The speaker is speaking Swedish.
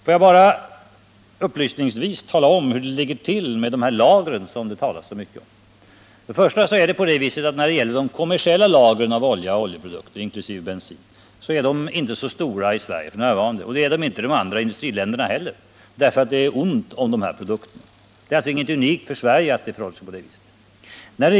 Får jag bara upplysningsvis tala om hur det ligger till med dessa lager som det sagts så mycket om. De kommersiella lagren av olja och oljeprodukter inkl. bensin är f.n. inte så stora i Sverige. Det är de inte i de andra industriländerna heller. Det är ont om dessa produkter. Det är alltså inte unikt för Sverige att det förhåller sig på det viset.